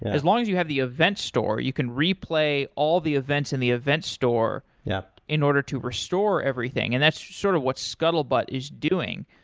as long as you have the event store, you can replay all the events in the event store yeah in order to restore everything. and that's sort of what scuttlebutt is doing.